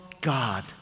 God